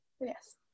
Yes